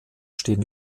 stehen